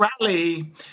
rally